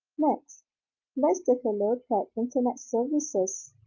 let's let's take a look at internet services.